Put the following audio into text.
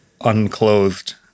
unclothed